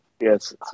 Yes